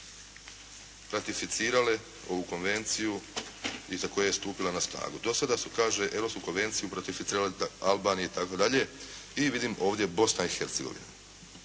ratificirale ovu konvenciju i za koje je stupila na snagu. Do sada su kaže europsku konvenciju ratificirale Albanija itd., i vidim ovdje Bosna i Hercegovina.